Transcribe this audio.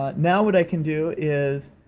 ah now what i can do is